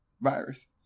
virus